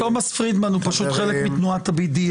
תומס פרידמן הוא פשוט חלק מתנועת ה-BDS,